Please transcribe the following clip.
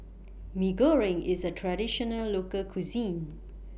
Mee Goreng IS A Traditional Local Cuisine